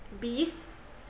bees